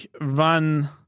run